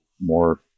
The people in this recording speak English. more